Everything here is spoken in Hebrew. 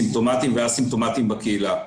סימפטומטיים וא-סימפטומטיים בקהילה.